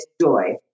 joy